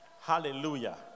hallelujah